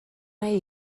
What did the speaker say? nahi